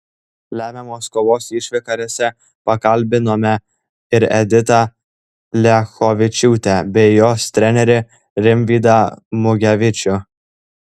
lemiamos kovos išvakarėse pakalbinome ir editą liachovičiūtę bei jos trenerį rimvydą mugevičių